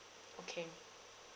okay